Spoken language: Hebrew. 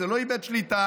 זה לא איבד שליטה,